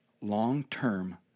long-term